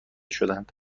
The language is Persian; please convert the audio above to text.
شدند